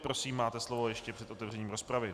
Prosím, máte slovo ještě před otevřením rozpravy.